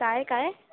काय काय